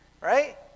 Right